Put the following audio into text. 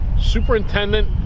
superintendent